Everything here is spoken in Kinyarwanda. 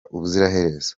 ubuziraherezo